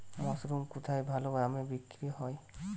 Mushroom কেথায় ভালোদামে বিক্রয় হয়?